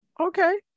Okay